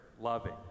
loving